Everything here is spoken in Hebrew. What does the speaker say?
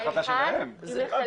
מכירים את החיים.